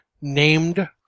named